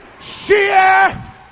sheer